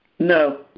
No